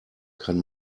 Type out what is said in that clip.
kann